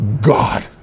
God